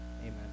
Amen